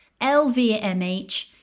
LVMH